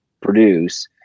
produce